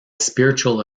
spiritual